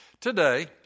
Today